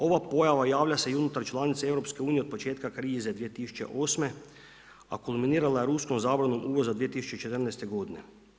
Ova pojava javlja se i unutar članica EU od početka krize 2018., a kulminirala je ruskom zabranom uvoza 2014. godine.